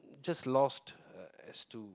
just lost